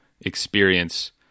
experience